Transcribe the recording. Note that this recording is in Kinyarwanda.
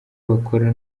bakora